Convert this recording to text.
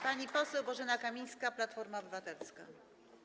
Pani poseł Bożena Kamińska, Platforma Obywatelska.